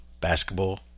Basketball